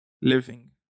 living